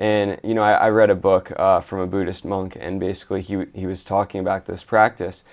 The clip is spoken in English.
and you know i read a book from a buddhist monk and basically he was talking about this practice